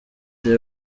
the